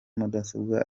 mudasobwa